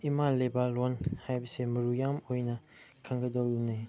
ꯏꯃꯥ ꯂꯩꯕꯥꯛ ꯂꯣꯟ ꯍꯥꯏꯕꯁꯦ ꯃꯔꯨ ꯌꯥꯝ ꯑꯣꯏꯅ ꯈꯪꯒꯗꯧꯕꯅꯤ